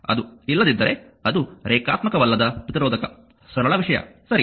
ಅದು ಇಲ್ಲದಿದ್ದರೆ ಅದು ರೇಖಾತ್ಮಕವಲ್ಲದ ಪ್ರತಿರೋಧಕ ಸರಳ ವಿಷಯ ಸರಿ